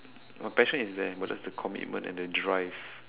my passion is there but just the commitment and the drive